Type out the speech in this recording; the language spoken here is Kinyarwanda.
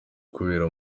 kubera